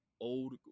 old